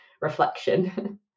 reflection